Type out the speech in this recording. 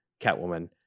Catwoman